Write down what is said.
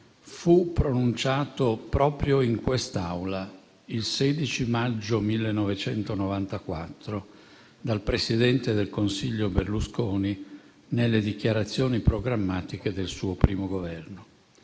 fu pronunciato proprio in quest'Aula, il 16 maggio 1994, dal presidente del Consiglio Berlusconi, nelle dichiarazioni programmatiche del suo primo Governo.